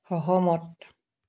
সহমত